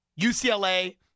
UCLA